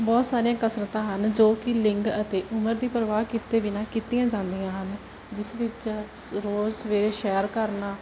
ਬਹੁਤ ਸਾਰੇ ਕਸਰਤਾਂ ਹਨ ਜੋ ਕਿ ਲਿੰਗ ਅਤੇ ਉਮਰ ਦੀ ਪਰਵਾਹ ਕੀਤੇ ਬਿਨਾਂ ਕੀਤੀਆਂ ਜਾਂਦੀਆਂ ਹਨ ਜਿਸ ਵਿੱਚ ਰੋਜ਼ ਸਵੇਰੇ ਸੈਰ ਕਰਨਾ